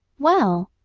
well,